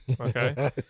Okay